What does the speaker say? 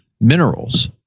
minerals